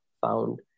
found